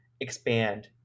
expand